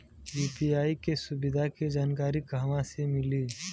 UPI के सुविधा के जानकारी कहवा से मिली?